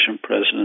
president